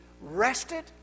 rested